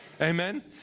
Amen